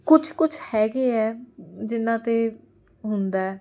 ਕੁਛ ਕੁਛ ਹੈਗੇ ਹੈ ਜਿਹਨਾਂ 'ਤੇ ਹੁੰਦਾ